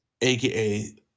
AKA